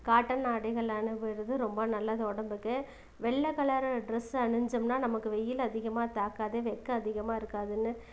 cotton ஆடைகள் அணுவுறது ரொம்ப நல்லது உடம்புக்கு வெள்ளை கலரு ட்ரெஸ் அணிஞ்சம்னா நமக்கு வெயில் அதிகமாக தாக்காது வெக்கை அதிகமாக இருக்காதுன்னு